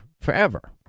forever